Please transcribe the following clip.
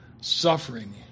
suffering